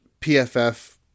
PFF